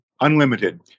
unlimited